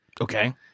Okay